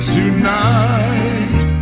tonight